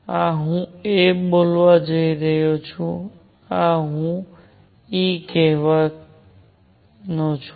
આ હું a બોલાવવા જઈ રહ્યો છું આ હું e કહેવાનો છું